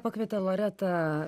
pakvietė loretą